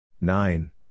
Nine